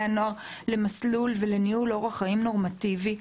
הנוער למסלול ולניהול אורח חיים נורמטיבי.